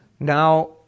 Now